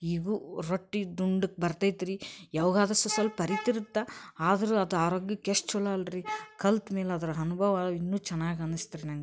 ಇವು ರೊಟ್ಟಿ ದುಂಡಗ್ ಬರ್ತೈತೆ ರೀ ಯಾವಾಗಾದರೂ ಸಸ್ವಲ್ಪ ಹರಿತಿರುತ್ತೆ ಆದರೂ ಅದು ಆರೋಗ್ಯಕ್ಕೆ ಎಷ್ಟು ಛಲೋ ಅಲ್ಲರೀ ಕಲ್ತ ಮೇಲೆ ಅದರ ಅನುಭವ ಇನ್ನೂ ಚೆನ್ನಾಗಿ ಅನಿಸ್ತು ರೀ ನಂಗೆ